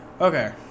Okay